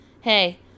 Hey